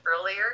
earlier